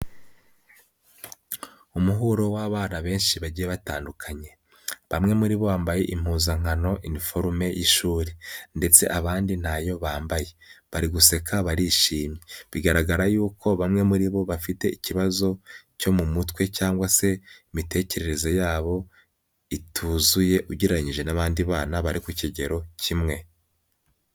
Umuhuro w'abana benshi bagiye batandukanye. Bamwe muri bo bambaye impuzankano inforome y'ishuri ndetse abandi ntayo bambaye bari guseka barishimye. Bigaragara yuko bamwe muri bo bafite ikibazo cyo mu mutwe cyangwa se imitekerereze yabo ituzuye ugereranyije n'abandi bana bari ku kigero kimwe.